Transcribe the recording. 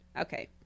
okay